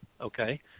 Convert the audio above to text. okay